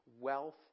wealth